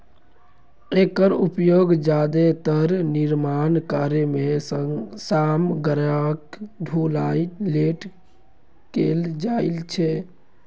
एकर उपयोग जादेतर निर्माण कार्य मे सामग्रीक ढुलाइ लेल कैल जाइ छै